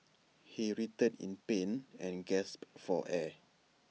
he writhed in pain and gasped for air